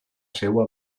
seua